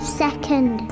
second